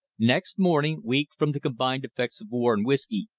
next morning, weak from the combined effects of war and whisky,